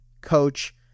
coach